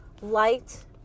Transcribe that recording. light